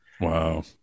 Wow